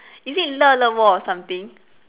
is it or something